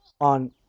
on